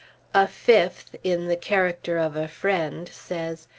a fifth, in the character of a friend, says,